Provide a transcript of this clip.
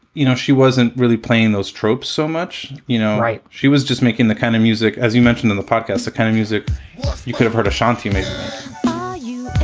you know, she wasn't really playing those tropes so much, you know. right she was just making the kind of music, as you mentioned in the podcast, the kind of music you could have heard, ashanti made you